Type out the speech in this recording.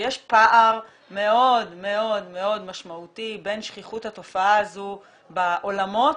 שיש פער מאוד משמעותי בין שכיחות התופעה הזו בעולמות